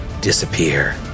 disappear